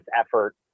effort